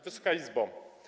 Wysoka Izbo!